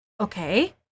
Okay